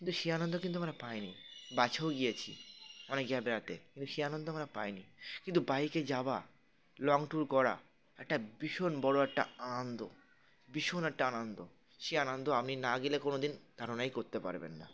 কিন্তু সেই আনন্দ কিন্তু আমরা পাইনি লাচুং গিয়েছি অনেক জায়গা বেড়াতে কিন্তু সে আনন্দ আমরা পাইনি কিন্তু বাইকে যাওয়া লংভি ট্যুর করা একটা ভীষণ বড়ো একটা আনন্দ ভীষণ একটা আনন্দ সে আনন্দ আপনি না গেলে কোনো দিন ধারণাই করতে পারবেন না